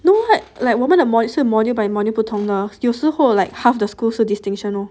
no [what] like 我们是 module by module 不同的有时候 like half the school 是 distinction loh